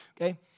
okay